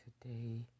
today